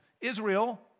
Israel